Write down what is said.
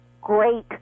great